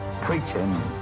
preaching